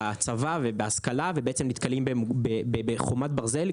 בצבא ובהשכלה ובעצם נתקלים בחומת ברזל.